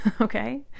okay